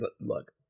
look